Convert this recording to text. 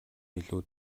илүү